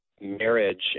marriage